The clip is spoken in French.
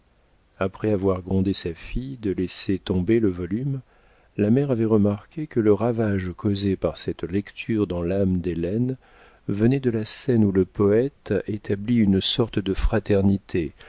après avoir grondé sa fille de laisser tomber le volume la mère avait remarqué que le ravage causé par cette lecture dans l'âme d'hélène venait de la scène où le poète établit une sorte de fraternité